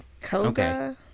Koga